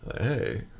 Hey